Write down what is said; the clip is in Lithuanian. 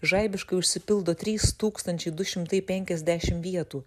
žaibiškai užsipildo trys tūkstančiai du šimtai penkiasdešimt vietų